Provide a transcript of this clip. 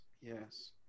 yes